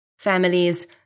Families